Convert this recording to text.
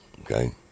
okay